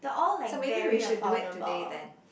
so maybe we should do it today then